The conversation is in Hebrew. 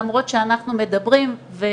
למרות שאנחנו מדברים על ההכשרה,